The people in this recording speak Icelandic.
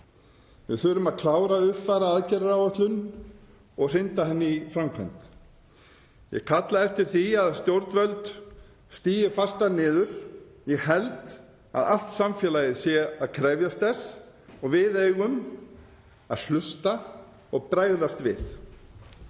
Við þurfum að klára að uppfæra aðgerðaáætlun og hrinda henni í framkvæmd. Ég kalla eftir því að stjórnvöld stígi fastar niður. Ég held að allt samfélagið sé að krefjast þess og við eigum að hlusta og bregðast við.